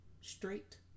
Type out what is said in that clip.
straight